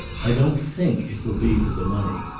i don't think it will be for the money.